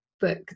book